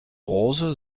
rose